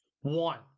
One